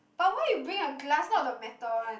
but why you bring a glass not the metal one